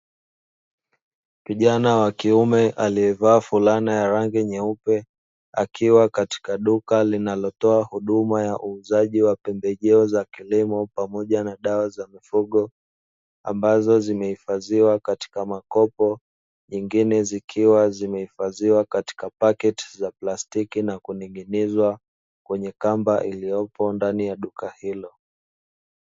Kijana wa kiume aliyevaa fulana ya rangi nyeupe akiwa katika duka linalotoa huduma ya uuzaji pembejeo za kilimo, pamoja na dawa za mifugo ambazo zimehifadhiwa katika makopo nyingine zikiwa zimehifadhiwa katika pakiti za plastiki, na kuning'inizwa kwenye kamba iliyopo ndani ya duka hilo.